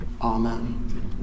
Amen